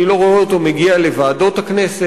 אני לא רואה אותו מגיע לוועדות הכנסת,